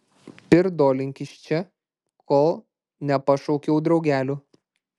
pirdolink iš čia kol nepašaukiau draugelių